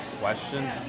question